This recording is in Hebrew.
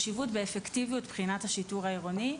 החשיבות והאפקטיביות מבחינת השיטור העירוני.